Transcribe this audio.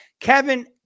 Kevin